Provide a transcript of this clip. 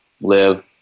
live